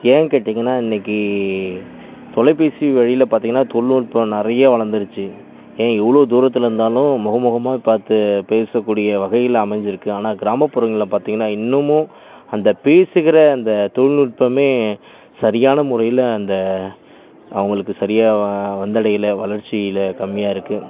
ஏன்னு கேட்டிங்கன்னா இன்னைக்கு தொலைபேசி வழியில பார்த்திங்கன்னா தொழில்நுட்பம் நிறையா வளர்ந்துருச்சு ஏன் எவ்வளோ தூரத்தில் இருந்தாலும் முகம் முகமாக பார்த்து பேச கூடிய வகையில் அமைஞ்சிருக்கு ஆனால் கிராமப்புறங்களில் பார்த்திங்கன்னா இன்னமும் அந்த பேசுகிற அந்த தொழில்நுட்பமே சரியான முறையில் அந்த அவங்களுக்கு சரியாக வந்தடையலை வளர்ச்சியில் கம்மியாக இருக்கு